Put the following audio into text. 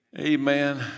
amen